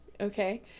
okay